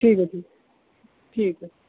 ٹھیک ہے ٹھیک ٹھیک ہے